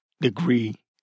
degree